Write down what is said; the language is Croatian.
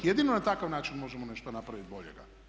Jedino na takav način možemo nešto napraviti boljega.